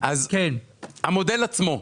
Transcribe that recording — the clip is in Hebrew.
המודל עצמו.